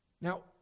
Now